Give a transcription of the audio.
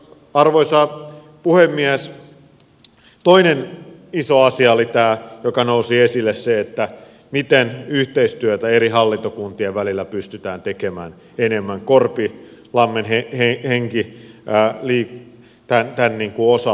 toinen iso asia oli tämä joka nousi esille miten yhteistyötä eri hallintokuntien välillä pystytään tekemään enemmän korpilammen henki tämän osalta